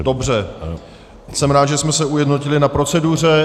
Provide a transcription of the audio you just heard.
Dobře, jsem rád, že jsme se ujednotili na proceduře.